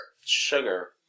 Sugar